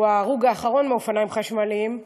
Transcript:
שהוא ההרוג האחרון מאופניים חשמליים.